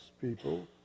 people